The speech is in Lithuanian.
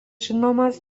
žinomas